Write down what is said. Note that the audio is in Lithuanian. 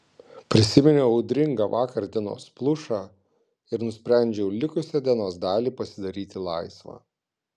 prisiminiau audringą vakardienos plušą ir nusprendžiau likusią dienos dalį pasidaryti laisvą